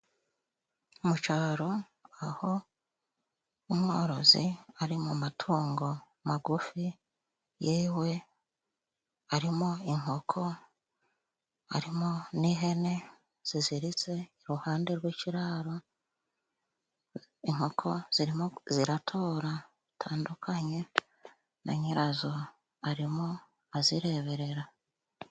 Mu caro aho umworozi ari mu matungo magufi ,yewe arimo inkoko, arimo n'ihene ziziritse iruhande rw'ikiraro, inkoko zirimo ziratora bitandukanye na nyirazo arimo azireberera.